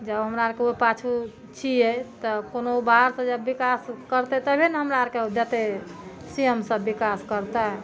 जऽ हमरा आरके ओ पाछू छियै तब कोनो बात जे विकास करतै तबहे ने हमरा आरके ओ देतै सी एम सब विकास करतै